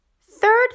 Third